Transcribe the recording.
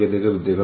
ഇവിടെയായിരുന്നോ